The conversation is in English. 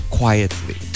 quietly